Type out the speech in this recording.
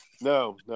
No